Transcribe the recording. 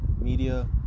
media